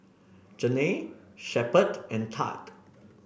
Janae Shepherd and Thad